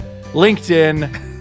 LinkedIn